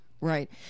Right